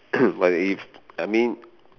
but if I mean